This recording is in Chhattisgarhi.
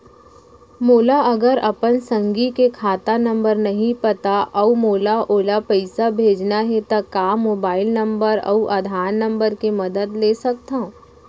मोला अगर अपन संगी के खाता नंबर नहीं पता अऊ मोला ओला पइसा भेजना हे ता का मोबाईल नंबर अऊ आधार नंबर के मदद ले सकथव?